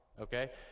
Okay